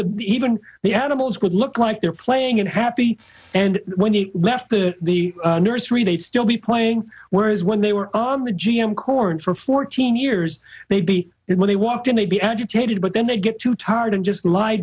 the even the animals would look like they're playing and happy and when he left the nursery they'd still be playing whereas when they were on the g m corn for fourteen years they'd be it when they walked in they'd be agitated but then they'd get too tired and just lie